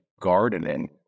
gardening